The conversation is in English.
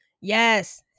Yes